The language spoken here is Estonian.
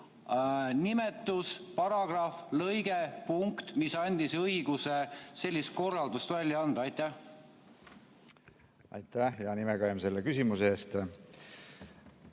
nimetus (paragrahv, lõige, punkt), mis andis õiguse sellist korraldust anda. Aitäh, hea nimekaim, selle küsimuse eest!